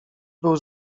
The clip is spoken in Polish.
był